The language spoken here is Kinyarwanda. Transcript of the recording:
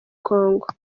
congo